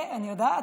אני יודעת,